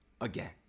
Again